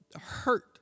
Hurt